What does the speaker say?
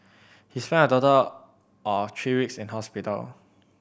he spent a total of three weeks in hospital